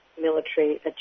military